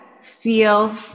feel